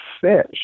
fish